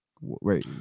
wait